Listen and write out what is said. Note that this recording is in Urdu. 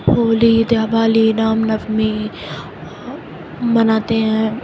ہولی دیوالی رام نومی مناتے ہیں